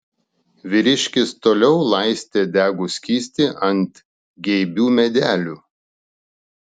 vyriškis toliau laistė degų skystį ant geibių medelių